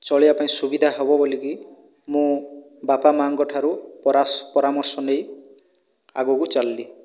ଚଳିବା ପାଇଁ ସୁବିଧା ହେବ ବୋଲିକି ମୁଁ ବାପା ମାଆଙ୍କ ଠାରୁ ପରାଶ ପରାମର୍ଶ ନେଇ ଆଗକୁ ଚାଲିଲି